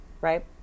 right